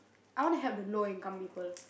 I want to help the low income people